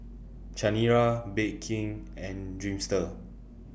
Chanira Bake King and Dreamster